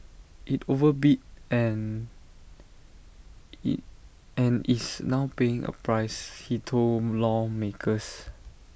IT overbid and and is now paying A price he told lawmakers